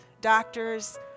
doctors